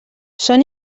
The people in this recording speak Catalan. són